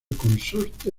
consorte